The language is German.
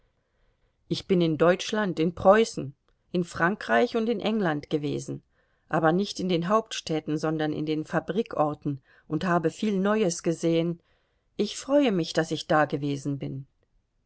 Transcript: ich bin in deutschland in preußen in frankreich und in england gewesen aber nicht in den hauptstädten sondern in den fabrikorten und habe viel neues gesehen ich freue mich daß ich dagewesen bin